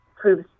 proves